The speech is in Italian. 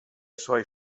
suoi